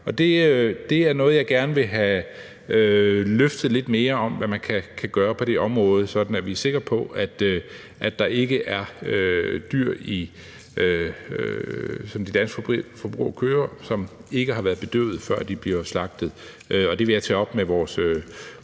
Det er noget, jeg gerne vil have løftet lidt mere. Hvad kan man gøre på det område, sådan at vi er sikre på, at der ikke er dyr, som de danske forbrugere køber, som ikke har været bedøvet, før de bliver slagtet? Det vil jeg tage op med vores